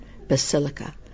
basilica